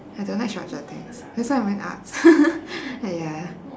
I don't like structured things that's why I went arts but ya